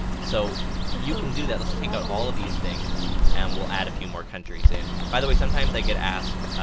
so you can do that. lets take out all of these things and we'll add a few more countries in. by the way sometimes i get asked,